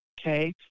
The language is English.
okay